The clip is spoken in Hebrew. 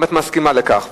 אם את מסכימה לכך.